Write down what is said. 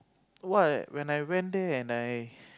what when I went there and I